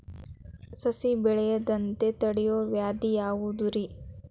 ಸಸಿ ಬೆಳೆಯದಂತ ತಡಿಯೋ ವ್ಯಾಧಿ ಯಾವುದು ರಿ?